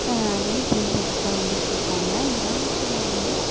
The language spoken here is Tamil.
அதையும் பின்பற்றிகிட்டு தான் வந்துட்டு இருக்காங்க கிராமத்தில் வந்து